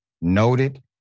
noted